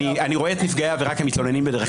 אני רואה את נפגעי העבירה כמתלוננים בדרך כלל.